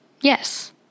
Yes